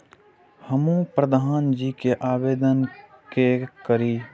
हमू प्रधान जी के आवेदन के करी?